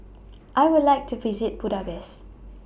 I Would like to visit Budapest